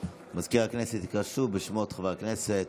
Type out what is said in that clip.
מזכיר הכנסת יקרא שוב בשמות חברי הכנסת,